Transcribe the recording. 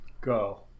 go